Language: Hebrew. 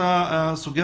אני בודקת.